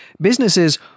businesses